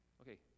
Okay